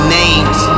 names